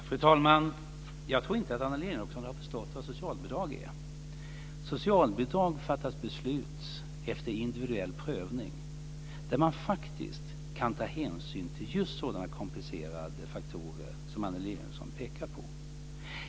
Fru talman! Jag tror inte att Annelie Enochson har förstått vad socialbidrag är. Socialbidrag fattas det beslut om efter individuell prövning, där man faktiskt kan ta hänsyn till just sådana komplicerade faktorer som Annelie Enochson pekar på.